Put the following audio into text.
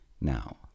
Now